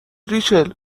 ریچل